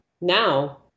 now